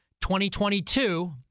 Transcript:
2022